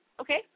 okay